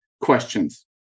questions